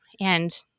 and-